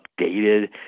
updated